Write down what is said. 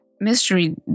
mystery